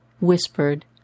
whispered